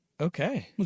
Okay